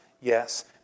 Yes